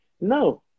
No